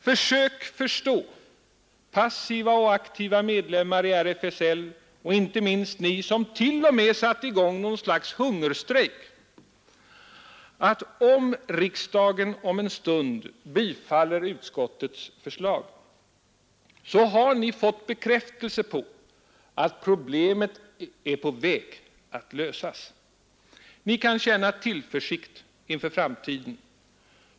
Försök förstå, passiva och aktiva medlemmar i RFSL och inte minst ni som t.o.m. har satt i gång något slags hungerstrejk, att om riksdagen om en stund bifaller utskottets förslag har ni fått bekräftelse på att problemet är på väg att lösas. Ni kan känna tillförsikt inför framtiden.